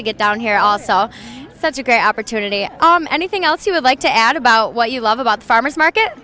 to get down here all saw such a great opportunity and anything else you would like to add about what you love about farmer's market